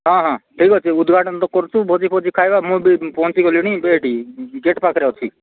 ହଁ ହଁ ଠିକ୍ ଅଛି ବୁଧବାର ଦିନ କରୁଛୁ ଭୋଜି ଫୋଜି ଭୋଜି ଖାଇବା ମୁଁ ପହଞ୍ଚି ଗଲିଣି ଏଠିକି ଗେଟ୍ ପାଖରେ ଅଛି